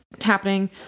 happening